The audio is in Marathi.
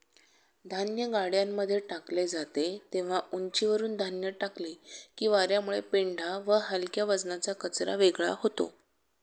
धान्य गाड्यांमध्ये टाकले जाते तेव्हा उंचीवरुन धान्य टाकले की वार्यामुळे पेंढा व हलक्या वजनाचा कचरा वेगळा होतो